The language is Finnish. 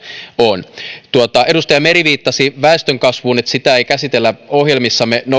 on edustaja meri viittasi väestönkasvuun että sitä ei käsitellä ohjelmissamme